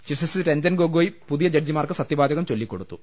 chief justice Ranjan Gogoi പുതിയ ജഡ്ജിമാർക്ക് സത്യ വാചകം ചൊല്ലിക്കൊടുത്തു